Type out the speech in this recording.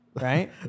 right